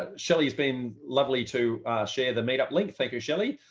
ah shelly has been lovely to share the meetup link. thank you, shelly.